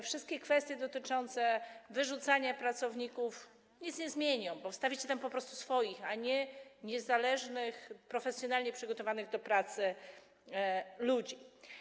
Wszystkie kwestie dotyczące wyrzucania pracowników nic nie zmienią, bo wstawicie tam po prostu swoich, a nie niezależnych, profesjonalnie przygotowanych do pracy ludzi.